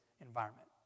environment